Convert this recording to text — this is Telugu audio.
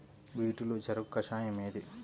వీటిలో చెరకు కషాయం ఏది?